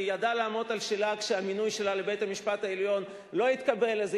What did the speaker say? והיא ידעה לעמוד על שלה כשהמינוי שלה לבית-המשפט העליון לא התקבל אז.